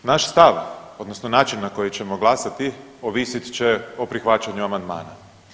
Naš stav odnosno način na koji ćemo glasati ovisit će o prihvaćanju amandmana.